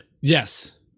Yes